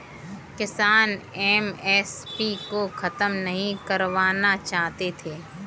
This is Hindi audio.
किसान एम.एस.पी को खत्म नहीं करवाना चाहते थे